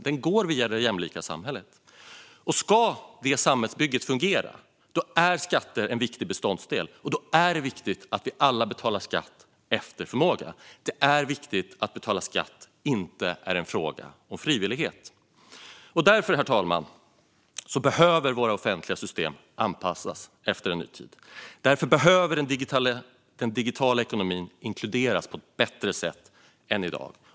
Den går via det jämlika samhället. Ska det samhällsbygget fungera är skatter en viktig beståndsdel, och då är det viktigt att vi alla betalar skatt efter förmåga. Det är viktigt att detta att betala skatt inte är en fråga om frivillighet. Därför, herr talman, behöver våra offentliga system anpassas efter en ny tid. Därför behöver den digitala ekonomin inkluderas på ett bättre sätt än i dag.